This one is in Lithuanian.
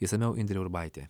išsamiau indrė urbaitė